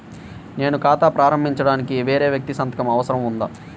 నేను ఖాతా ప్రారంభించటానికి వేరే వ్యక్తి సంతకం అవసరం ఉందా?